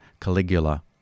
Caligula